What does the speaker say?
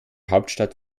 hauptstadt